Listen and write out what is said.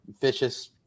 vicious